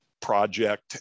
project